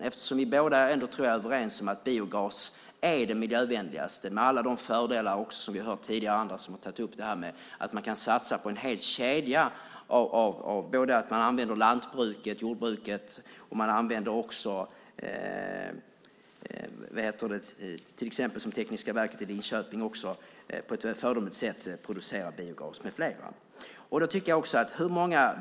Jag tror att vi båda är överens om att biogas är det miljövänligaste, med alla de fördelar som tidigare talare har tagit upp, att det går att satsa på en hel kedja med lantbruket och jordbruket. Till exempel Tekniska Verken i Linköping producerar på ett föredömligt sätt biogas.